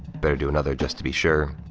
better do another just to be sure.